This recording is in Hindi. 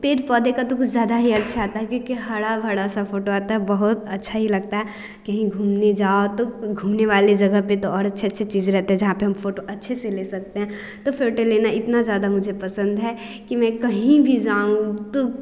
पेड़ पौधों का तो कुछ ज़्यादा ही अच्छा आता है क्योंकि हरा भरा सा फोटो आता है बहुत अच्छा ही लगता है कहीं घूमने जाओ तो घूमने वाली जगह पर तो और अच्छी अच्छी चीज़ रहती हैं जहाँ पर हम फोटो अच्छे से ले सकते हैं तो फोटो लेना इतना ज़्यादा मुझे पसंद है कि मैं कहीं भी जाऊँ